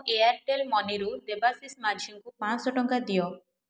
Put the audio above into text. ମୋ ଏୟାର୍ଟେଲ୍ ମନିରୁ ଦେବାଶିଷ ମାଝୀଙ୍କୁ ପାଞ୍ଚଶହ ଟଙ୍କା ଦିଅ